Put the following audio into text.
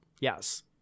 Yes